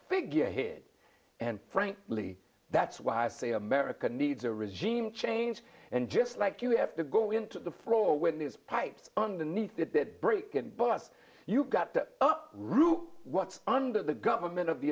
figurehead and frankly that's why i say america needs a regime change and just like you have to go into the floor when these pipes underneath it that break in but you've got to root what's under the government of the